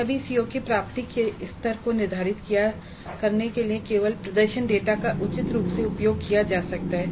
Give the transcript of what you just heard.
तभी सीओ के प्राप्ति स्तरों को निर्धारित करने के लिए केवल प्रदर्शन डेटा का उचित रूप से उपयोग किया जा सकता है